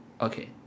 okay